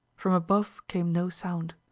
from above came no sound.